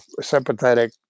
sympathetic